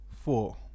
four